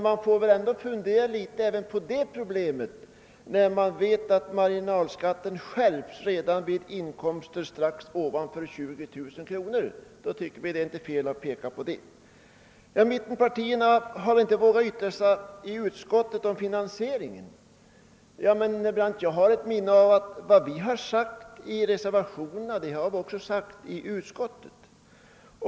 Men vi vet ju att marginalskatten skärps redan vid inkomster som ligger strax ovanför 20 000 kronor. Vi tycker inte att det är felaktigt att påpeka detta. Mittenpartierna har inte i utskottet vågat yttra sig om finansieringen, påstod herr Brandt. Jag vill minnas att vi sade samma sak i utskottet som vi har skrivit i reservationerna.